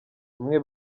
bamwe